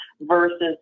versus